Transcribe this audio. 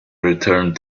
returned